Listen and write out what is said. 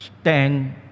Stand